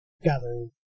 gathering